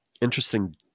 interesting